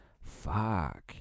fuck